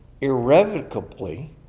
irrevocably